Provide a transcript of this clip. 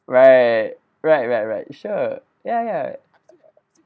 right right right right sure ya ya